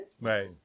Right